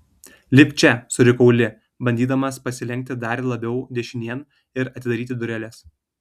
lipk čia surikau li bandydamas pasilenkti dar labiau dešinėn ir atidaryti dureles